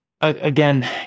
again